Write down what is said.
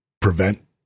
prevent